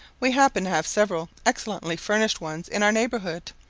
we happen to have several excellently furnished ones in our neighbourhood,